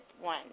one